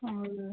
और